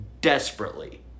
desperately